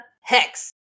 Hex